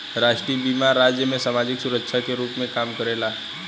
राष्ट्रीय बीमा राज्य में सामाजिक सुरक्षा के रूप में काम करेला